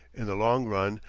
in the long-run,